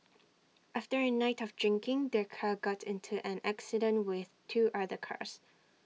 after A night of drinking their car got into an accident with two other cars